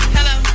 Hello